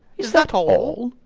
is that all?